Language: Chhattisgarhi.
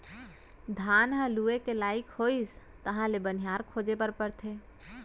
धान ह लूए के लइक होइस तहाँ ले बनिहार खोजे बर परथे